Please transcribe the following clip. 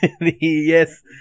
Yes